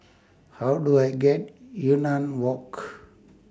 How Do I get Yunnan Walk